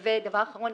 דבר אחרון,